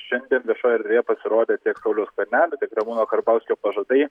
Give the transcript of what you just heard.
šiandien viešoj erdvėje pasirodė tiek sauliaus skvernelio tiek ramūno karbauskio pažadai